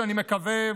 שאני מקווה,